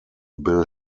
bill